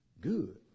good